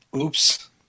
Oops